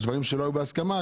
יש דברים שלא היו בהסכמה,